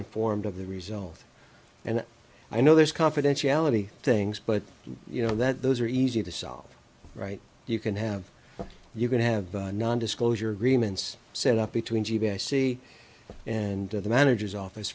informed of the result and i know there's confidentiality things but you know that those are easy to solve right you can have you going to have non disclosure agreements sent up between g i c and the manager's office